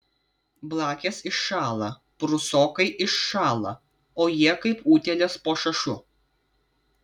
blakės iššąla prūsokai iššąla o jie kaip utėlės po šašu